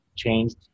changed